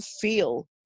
feel